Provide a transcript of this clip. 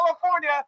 California